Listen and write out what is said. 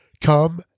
Come